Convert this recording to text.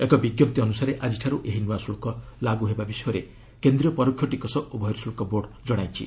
ଏକ ବିଞ୍ଜପ୍ତି ଅନୁସାରେ ଆକିଠାରୁ ଏହି ନୂଆ ଶୁଳ୍କ ଲାଗୁ ହେବା ବିଷୟ କେନ୍ଦ୍ରୀୟ ପରୋକ୍ଷ ଟିକସ ଓ ବହିର୍ଶୁଲ୍କ ବୋର୍ଡ଼ ଜଶାଇଛି